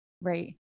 right